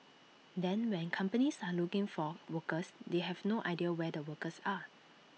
then when companies are looking for workers they have no idea where the workers are